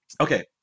okay